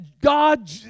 God